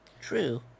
True